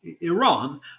Iran